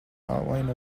outline